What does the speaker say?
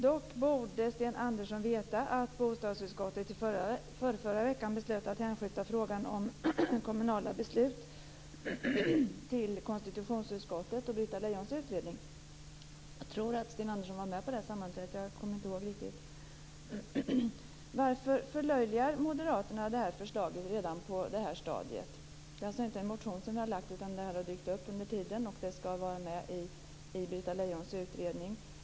Dock borde Sten Andersson veta att bostadsutskottet i förrförra veckan beslutade att hänskjuta frågan om kommunala beslut till konstitutionsutskottet och Britta Lejons utredning. Jag tror att Sten Andersson var med på det sammanträdet. Jag kommer inte ihåg riktigt. Varför förlöjligar Moderaterna det här förslaget redan på det här stadiet? Det finns alltså inte i en motion som vi har lagt fram, utan det har dykt upp under tiden. Det skall vara med i Britta Lejons utredning.